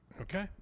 Okay